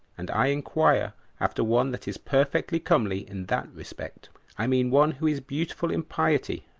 and i inquire after one that is perfectly comely in that respect i mean one who is beautiful in piety,